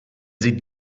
sie